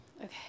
Okay